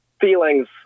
feelings